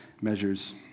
measures